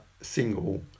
single